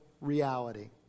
reality